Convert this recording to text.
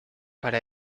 para